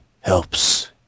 helps